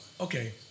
Okay